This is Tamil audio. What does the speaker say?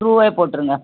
ட்ரூவே போட்டுருங்க